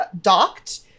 docked